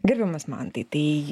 gerbiamas mantai tai